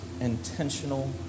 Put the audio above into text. intentional